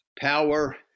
power